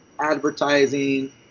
advertising